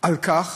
על כך